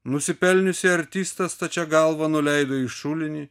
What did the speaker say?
nusipelniusį artistą stačia galva nuleido į šulinį